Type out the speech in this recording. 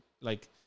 like-